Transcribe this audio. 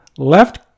left